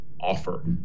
offer